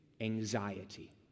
anxiety